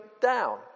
down